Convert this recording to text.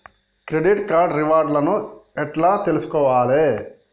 Credit card reward లను ఎట్ల తెలుసుకోవాలే?